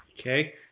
Okay